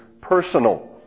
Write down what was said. personal